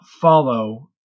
follow